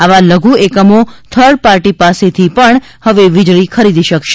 આવા લઘ્રએકમો third party પાસેથી પણ હવે વીજળી ખરીદી શકશે